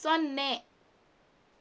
ಸೊನ್ನೆ